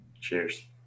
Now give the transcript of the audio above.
Cheers